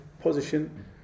position